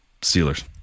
Steelers